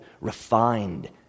refined